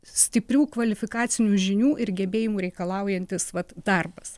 stiprių kvalifikacinių žinių ir gebėjimų reikalaujantis vat darbas